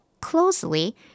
closely